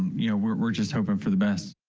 you know, we're we're just hoping for the best.